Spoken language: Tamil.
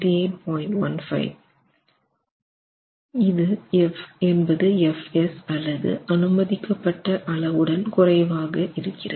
15 MPa என்பது Fs அல்லது அனுமதிக்கப்பட்ட அளவுடன் குறைவாக இருக்கிறது